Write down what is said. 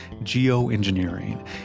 geoengineering